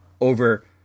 over